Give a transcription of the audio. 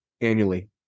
annually